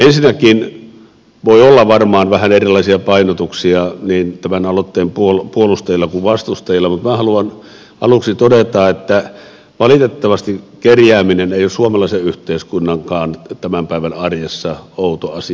voi olla varmaan vähän erilaisia painotuksia niin tämän aloitteen puolustajilla kuin vastustajilla mutta minä haluan aluksi todeta että valitettavasti kerjääminen ei ole suomalaisen yhteiskunnankaan tämän päivän arjessa outo asia